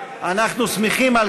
אני במקרה הצבעתי בעד.